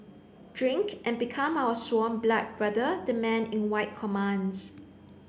drink and become our sworn blood brother the man in white commands